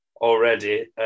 already